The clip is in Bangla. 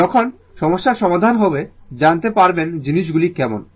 যখন সমস্যার সমাধান হবে জানতে পারবেন জিনিসগুলি কেমন